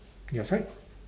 your side